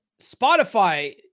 Spotify